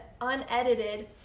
unedited